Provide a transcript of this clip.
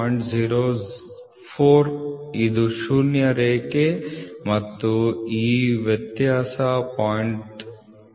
04 ಇದು ಶೂನ್ಯ ರೇಖೆ ಮತ್ತು ಈ ವ್ಯತ್ಯಾಸ 0